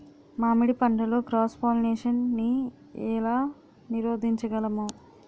మామిడి పంటలో cross pollination నీ ఏల నీరోధించగలము?